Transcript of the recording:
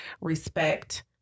respect